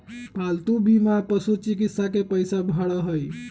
पालतू बीमा पशुचिकित्सा के पैसा भरा हई